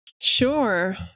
sure